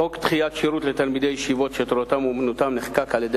חוק דחיית שירות לתלמידי ישיבות שתורתם אומנותם נחקק על-ידי